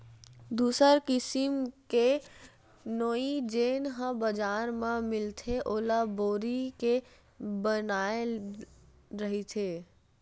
दूसर किसिम के नोई जेन ह बजार म मिलथे ओला बोरी के बनाये रहिथे